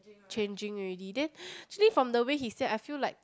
changing already then actually from the way he said I feel like